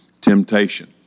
temptation